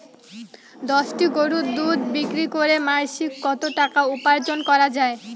দশটি গরুর দুধ বিক্রি করে মাসিক কত টাকা উপার্জন করা য়ায়?